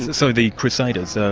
so the crusaders, ah